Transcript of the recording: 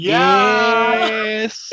Yes